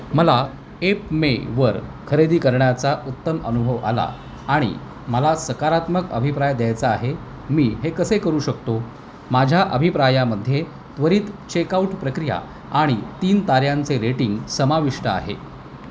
मला एपमेवर खरेदी करण्याचा उत्तम अनुभव आला आणि मला सकारात्मक अभिप्राय द्यायचा आहे मी हे कसे करू शकतो माझ्या अभिप्रायामध्ये त्वरित चेकआउट प्रक्रिया आणि तीन ताऱ्यांचे रेटिंग समाविष्ट आहे